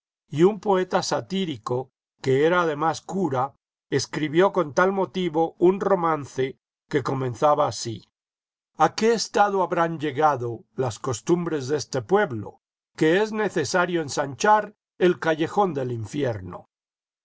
y un poeta satírico que era además cura escribió con tal motivo un romance que comenzaba así a qué estado habrán llegado las costumbres de este pueblo que es necesario ensanchar el callejón del infierno